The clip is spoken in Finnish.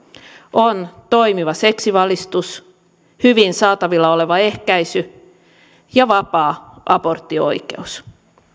on toimiva seksivalistus hyvin saatavilla oleva ehkäisy ja vapaa aborttioikeus